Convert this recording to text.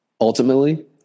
Ultimately